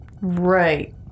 Right